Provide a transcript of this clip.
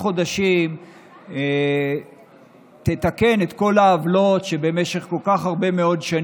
חודשים תתקן את כל העוולות שאתם גרמתם להן במשך כל כך הרבה שנים.